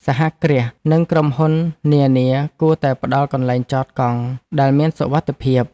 សហគ្រាស និងក្រុមហ៊ុននានាគួរតែផ្ដល់កន្លែងចតកង់ដែលមានសុវត្ថិភាព។